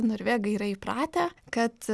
norvegai yra įpratę kad